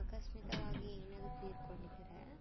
ಆಕಸ್ಮಿಕವಾಗಿ ಏನಾದರೂ ತೀರಿಕೊಂಡಿದ್ದರೆ